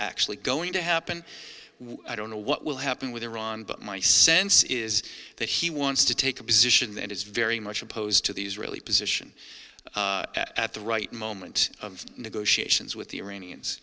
actually going to happen i don't know what will happen with iran but my sense is that he wants to take a position that is very much opposed to the israeli position at the right moment of negotiations with the iranians